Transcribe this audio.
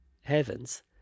heavens